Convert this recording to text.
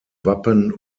wappen